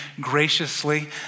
graciously